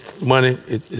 Money